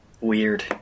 Weird